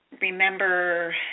remember